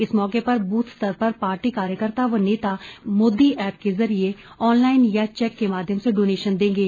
इस मौके पर बूथ स्तर पर पार्टी कार्यकर्ता व नेता मोदी ऐप के जरिए ऑनलाइन या चैक के माध्यम से डोनेशन देंगे